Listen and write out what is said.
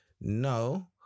No